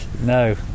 No